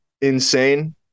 insane